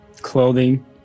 clothing